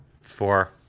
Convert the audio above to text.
Four